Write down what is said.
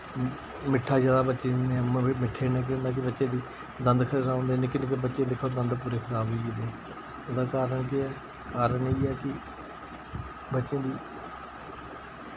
मिट्ठा जैदा बच्चें दिन्ने ओह् वी मिट्ठे कन्नै केह् होंदा कि बच्चे दी दंद खराब होंदे निक्के निक्के बच्चें दिक्खो दंद पुरे खराब होई गेदे उ'दा कारण केह् ऐ कारण इयै कि बच्चें दी